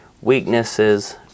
weaknesses